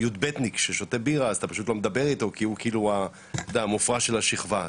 תלמיד י"ב ששותה בירה כי אתה לא מדבר איתו כי הוא המופרע של השכבה,